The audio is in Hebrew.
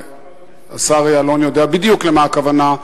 והשר יעלון יודע בדיוק למה הכוונה.